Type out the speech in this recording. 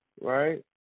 right